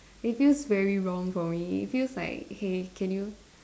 it feels very wrong for me it feels like hey can you